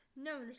no